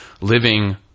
living